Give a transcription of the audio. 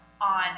on